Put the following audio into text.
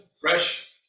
fresh